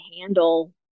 handle